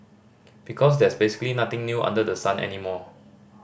because there's basically nothing new under the sun anymore